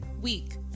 week